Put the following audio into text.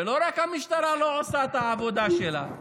ולא רק המשטרה לא עושה את העבודה שלה.